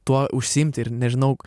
tuo užsiimti ir nežinau